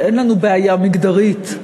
אין לנו בעיה מגדרית.